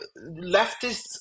leftists